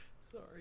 sorry